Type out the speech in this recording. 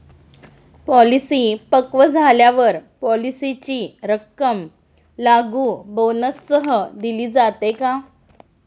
Policy पक्व झाल्यावर पॉलिसीची रक्कम लागू बोनससह दिली जाते का?